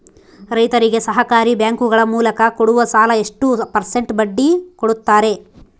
ರೈತರಿಗೆ ಸಹಕಾರಿ ಬ್ಯಾಂಕುಗಳ ಮೂಲಕ ಕೊಡುವ ಸಾಲ ಎಷ್ಟು ಪರ್ಸೆಂಟ್ ಬಡ್ಡಿ ಕೊಡುತ್ತಾರೆ?